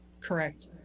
correct